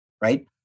right